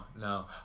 no